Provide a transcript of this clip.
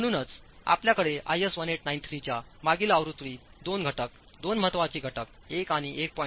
म्हणूनच आपल्याकडे आयएस 1893 च्या मागील आवृत्तीत दोन घटक दोन महत्वाचे घटक 1 आणि 1